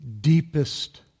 deepest